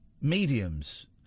Mediums